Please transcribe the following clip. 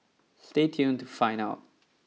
stay tuned to find out